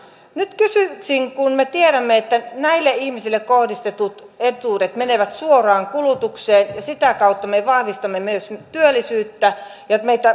nyt kysyisin kun me tiedämme että näille ihmisille kohdistetut etuudet menevät suoraan kulutukseen ja sitä kautta me vahvistamme myös työllisyyttä ja